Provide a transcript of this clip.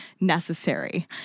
necessary